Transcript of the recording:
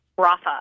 Rafa